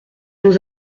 nous